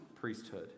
priesthood